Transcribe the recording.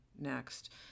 next